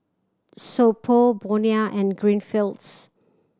So Pho Bonia and Greenfields